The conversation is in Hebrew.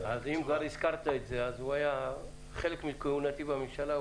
אם כבר הזכרת את זה חלק מכהונתי בממשלה,